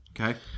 Okay